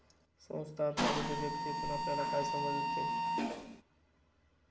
संस्थात्मक उद्योजकतेतून आपल्याला काय समजते?